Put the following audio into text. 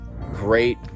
great